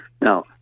Now